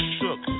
shook